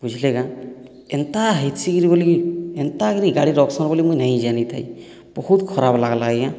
ବୁଝଲେ ଆଜ୍ଞା ଏନ୍ତା ହେଇଛେ କିନି ବୋଲିକି ଏନ୍ତାକରି ଗାଡ଼ି ରଖ୍ସନ୍ ବୋଲି ମୁଇଁ ନାଇଁ ଜାନିଥାଇ ବହୁତ ଖରାପ ଲାଗ୍ଲା ଆଜ୍ଞା